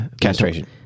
castration